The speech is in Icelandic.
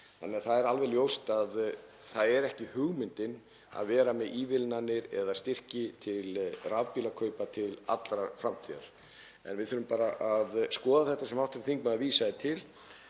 Þannig að það er alveg ljóst að það er ekki hugmyndin að vera með ívilnanir eða styrki til rafbílakaupa til allrar framtíðar. En við þurfum bara að skoða þetta sem hv. þingmaður vísaði til.